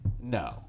No